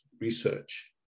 research